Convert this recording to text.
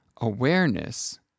awareness